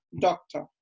doctor